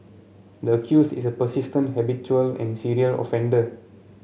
the accused is a persistent habitual and serial offender